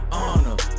honor